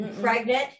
Pregnant